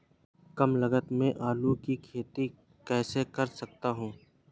कम लागत में आलू की खेती कैसे कर सकता हूँ?